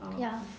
ya